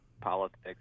politics